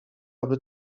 aby